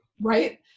right